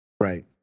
Right